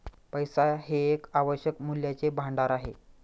पैसा हे एक आवश्यक मूल्याचे भांडार आहे